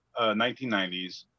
1990s